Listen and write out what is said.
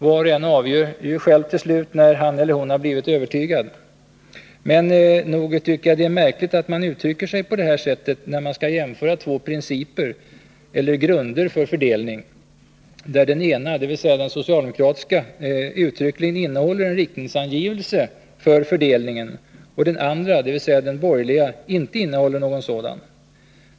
Var och en avgör ju till slut själv när han eller hon har blivit övertygad. Men nog är det märkligt att man uttrycker sig på det sättet, när man skall jämföra två principer eller grunder för fördelning, där den ena, dvs. den socialdemokratiska, uttryckligen innehåller en riktningsangivelse för fördelningen och den andra, dvs. den borgerliga, inte innehåller någon sådan.